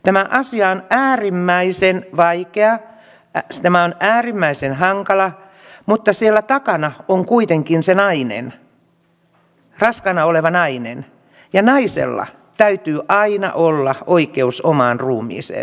tämä asia on äärimmäisen vaikea tämä on äärimmäisen hankala mutta siellä takana on kuitenkin se nainen raskaana oleva nainen ja naisella täytyy aina olla oikeus omaan ruumiiseensa